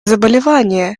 заболевания